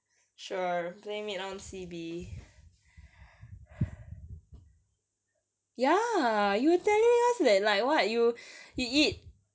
sure blame it on C_B